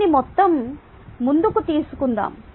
దీన్ని మరింత ముందుకు తీసుకుందాం